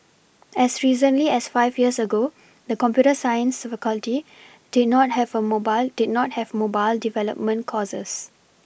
as recently as five years ago the computer science faculty did not have a mobile did not have mobile development courses